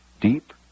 Deep